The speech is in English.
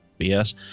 BS